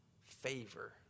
favor